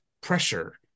pressure